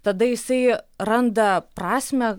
tada jisai randa prasmę